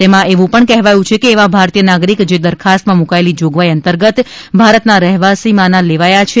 તેમાં એવું પણ કહેવાયું છે કે એવા ભારતીય નાગરિક જે દરખાસ્તમાં મૂકાયેલી જોગવાઇ અંતર્ગત ભારતના રહેવાસીમાની લેવાયા છે